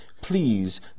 Please